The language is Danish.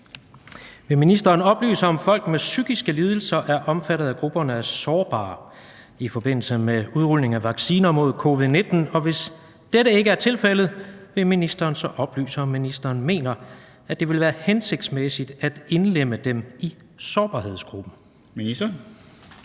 Vil ministeren oplyse, om folk med psykiske lidelser er omfattet af grupperne af sårbare i forbindelse med udrulning af vacciner mod covid-19, og hvis dette ikke er tilfældet, vil ministeren så oplyse, om ministeren mener, at det vil være hensigtsmæssigt at indlemme dem i sårbarhedsgruppen?